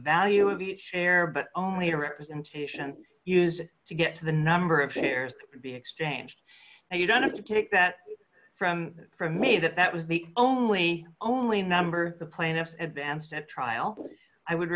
value of each share but only a representation used to get to the number of chairs to be exchanged and you don't have to take that from from me that that was the only only number the plaintiffs advanced at trial i would